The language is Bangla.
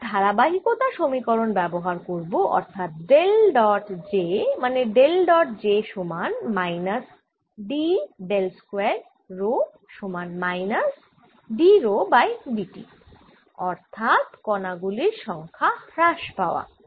এবার ধারাবাহিকতা সমীকরণ ব্যবহার করব অর্থাৎ ডেল ডট j মানে ডেল ডট j সমান minus D del square rho সমান minus d rho by dt অর্থাৎ কনা গুলির সংখ্যা হ্রাস পাওয়া